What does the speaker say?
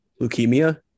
leukemia